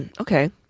Okay